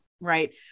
right